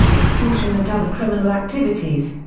extortion and other criminal activities.